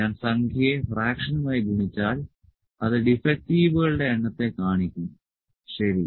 ഞാൻ സംഖ്യയെ ഫ്രാക്ഷനുമായി ഗുണിച്ചാൽ അത് ഡിഫക്റ്റീവുകളുടെ എണ്ണത്തെ കാണിക്കും ശരി